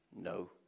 No